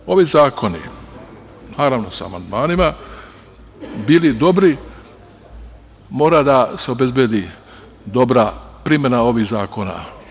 Da bi ovi zakoni, naravno sa amandmanima, bili dobri mora da se obezbedi dobra primena ovih zakona.